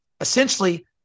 essentially